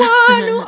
one